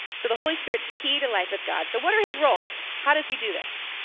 so the holy spirit's key to life with god. so what are his roles, how does he do this?